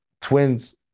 twins